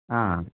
हां